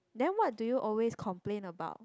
then what do you always complain about